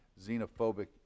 xenophobic